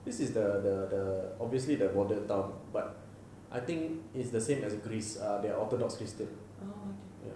this is the the the obviously the border town but I think it's the same as greece their orthodox christian ya